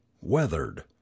weathered